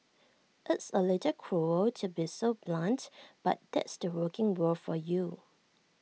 it's A little cruel to be so blunt but that's the working world for you